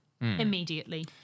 Immediately